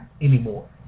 anymore